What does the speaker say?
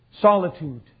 Solitude